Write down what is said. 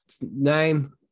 name